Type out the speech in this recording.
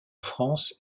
france